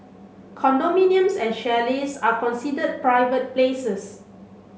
condominiums and chalets are considered private places